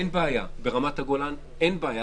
ברמת הגולן אין בעיה.